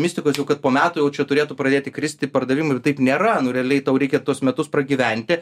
mistikos jau kad po metų jau čia turėtų pradėti kristi pardavimai nu taip nėra nu realiai tau reikia tuos metus pragyventi